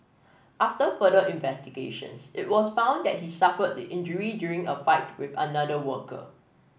after further investigations it was found that he suffered the injury during a fight with another worker